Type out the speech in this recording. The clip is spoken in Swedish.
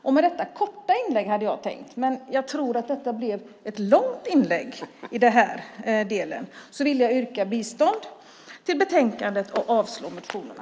Jag hade tänkt att det skulle bli ett kort inlägg, men jag tror att det blev ett långt inlägg. Jag vill yrka bifall till förslaget i betänkandet och avslag på motionerna.